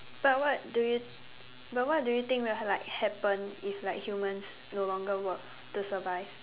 but what do you but what do you think will like happen if like humans no longer work to survive